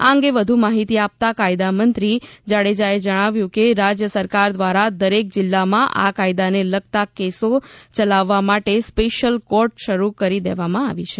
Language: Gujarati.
આ અંગે વધુ માહિતી આપતા કાયદા મંત્રી જાડેજાએ જણાવ્યું કે રાજ્ય સરકાર દ્વારા દરેક જિલ્લામાં આ કાયદાને લગતા કેસો ચલાવવા માટે સ્પેશીયલ કોર્ટ શરૂ કરી દેવામાં આવી છે